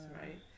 right